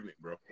bro